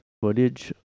footage